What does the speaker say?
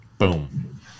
Boom